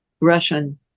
Russian